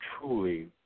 truly